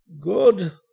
Good